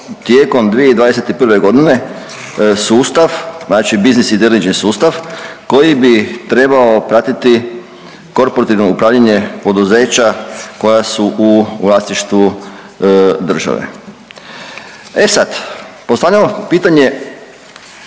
tijekom 2021. godine sustav, znači biznis inteligent sustav koji bi trebao pratiti korporativno upravljanje poduzeća koja su u vlasništvu države. E sada, postavljam vam pitanje.